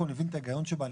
אני מבין את ההיגיון שבה.